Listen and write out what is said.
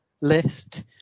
list